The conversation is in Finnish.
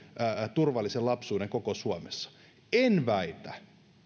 turvallisen lapsuuden koko suomessa en väitä